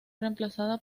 reemplazada